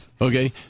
Okay